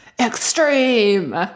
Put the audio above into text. Extreme